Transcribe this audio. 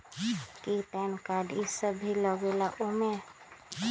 कि PAN card इ सब भी लगेगा वो में?